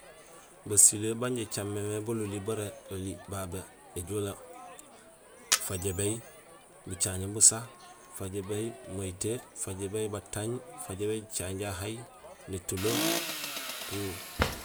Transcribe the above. Basilé baan injé ijaméén mé bololi bara babé oli éjoola: fajébéy bucaŋéén busa, fajébéy mahitee, fajébéy batanje, fajébéy jijaŋéén jahaay nétulo tout.